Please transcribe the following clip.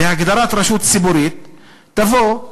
בהגדרה 'רשות ציבורית' יבוא,